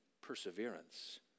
perseverance